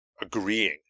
agreeing